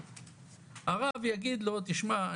הרב יגיד לו תשמע,